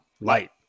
light